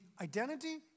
identity